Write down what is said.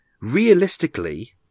Realistically